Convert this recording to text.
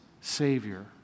Savior